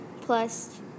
plus